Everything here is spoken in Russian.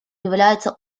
является